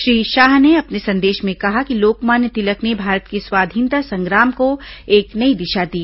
श्री शाह ने अपने संदेश में कहा कि लोकमान्य तिलक ने भारत की स्वाधीनता संग्राम को एक नई दिशा दी